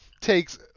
takes